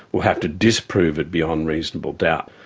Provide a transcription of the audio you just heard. will have to disprove it beyond reasonable doubt.